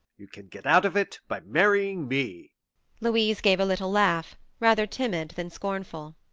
you can get out of it by marrying me louise gave a little laugh, rather timid than scornful.